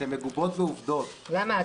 שהן מגובות בעובדות --- למה,